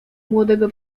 młodego